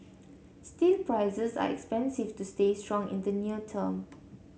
steel prices are expensive to stay strong in the near term